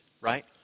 right